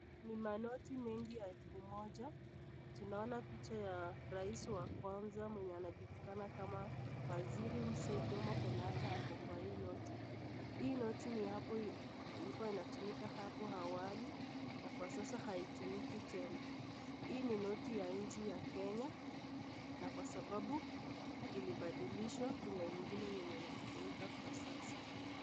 Ni manoti mengi ya elfu moja tunaona picha ya raisi ya kwanza mwenye anajulikana kama wasiri Mzee jomo Kenyatta ako kwa hii noti, hii noti ilikuwa inatumika hapo awali na kwa sasa haitumiki tena, hii ni noti ya nchi ya Kenya kwa sababu ilipadilishwa kuna ingine yenye inatumika kwa sasa.